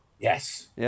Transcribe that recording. Yes